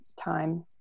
time